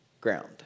ground